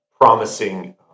promising